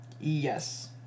Yes